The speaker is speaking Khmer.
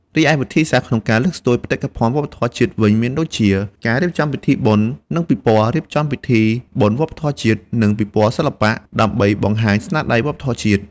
រីឯវិធីសាស្ត្រក្នុងការលើកស្ទួយបេតិកភណ្ឌវប្បធម៌ជាតិវិញមានដូចជា ការរៀបចំពិធីបុណ្យ និងពិព័រណ៍ រៀបចំពិធីបុណ្យវប្បធម៌ជាតិ និងពិព័រណ៍សិល្បៈ ដើម្បីបង្ហាញស្នាដៃវប្បធម៌ជាតិ។